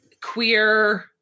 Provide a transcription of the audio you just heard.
queer